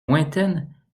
lointaine